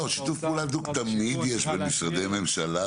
שיתוף פעולה הדוק תמיד יש בין משרדי ממשלה,